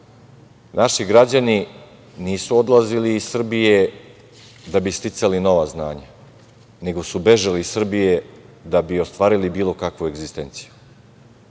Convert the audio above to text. naši građani nisu odlazili iz Srbije da bi sticali nova znanja, nego su bežali iz Srbije da bi ostvarili bilo kakvu egzistenciju.